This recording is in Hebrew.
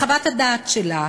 בחוות הדעת שלה